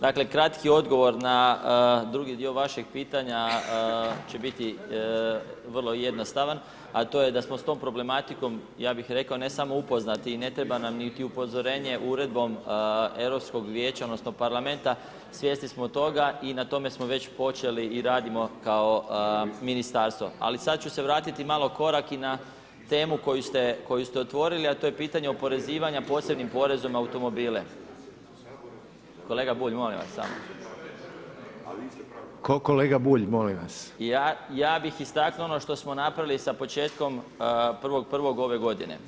Dakle kratki odgovor na drugi dio vašeg pitanja će biti vrlo jednostavan a to je da smo s tom problematikom ja bih rekao ne samo upoznati i ne treba niti upozorenje uredbom Europskog vijeća odnosno parlamenta, svjesni smo toga i na tome smo već počeli i radimo kao ministarstvo ali sad ću se vratiti malo korak i na temu koju ste otvorili a to je pitanje oporezivanja posebnim porezom na automobile [[Upadica Reiner: Kolega Bulj, molim vas.]] Ja bih istaknuo ono što smo napravili sa početkom 1.1. ove godine.